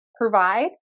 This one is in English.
provide